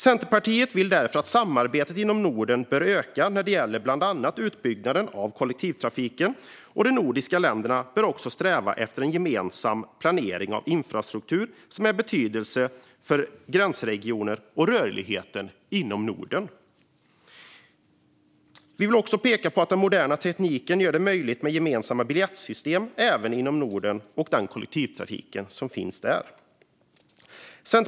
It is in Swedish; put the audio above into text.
Centerpartiet anser därför att samarbetet inom Norden bör öka när det gäller bland annat utbyggnaden av kollektivtrafiken, och de nordiska länderna bör också sträva efter en gemensam planering av infrastruktur som är av betydelse för gränsregioner och rörligheten inom Norden. Vi vill också peka på att den moderna tekniken gör det möjligt med gemensamma biljettsystem i kollektivtrafiken i Norden.